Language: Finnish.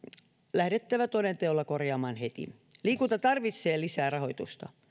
lähdettävä toden teolla korjaamaan heti liikunta tarvitsee lisää rahoitusta